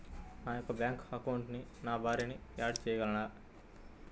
నా యొక్క బ్యాంక్ అకౌంట్కి నా భార్యని యాడ్ చేయగలరా?